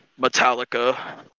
Metallica